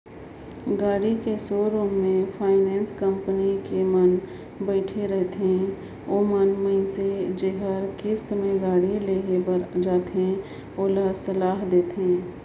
गाड़ी कर सोरुम में फाइनेंस कंपनी कर मन बइठे रहथें ओमन मइनसे जेहर किस्त में गाड़ी लेहे बर जाथे ओला सलाह देथे